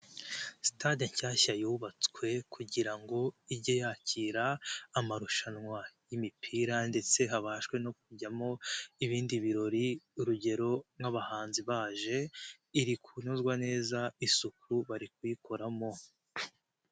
Sitade nshyashya yubatswe kugira ngo ijye yakira amarushanwa y'imipira ndetse habashe no kujyamo ibindi birori urugero nk'abahanzi baje iri kunozwa neza isuku bari kuyikoramo.